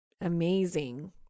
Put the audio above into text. amazing